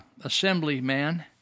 assemblyman